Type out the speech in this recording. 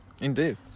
Indeed